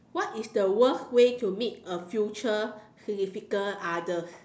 what is the worst way to meet a future significant other